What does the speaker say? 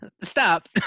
Stop